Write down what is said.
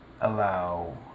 allow